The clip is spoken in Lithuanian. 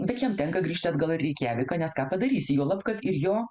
bet jam tenka grįžt atgal į reikjaviką nes ką padarysi juolab kad ir jo